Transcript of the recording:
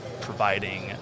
providing